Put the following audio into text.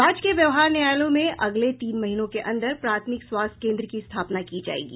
राज्य के व्यवहार न्यायालयों में अगले तीन महीनों के अंदर प्राथमिक स्वास्थ्य केन्द्र की स्थापना की जायेगी